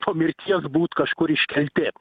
po mirties būt kažkur iškelti